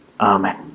Amen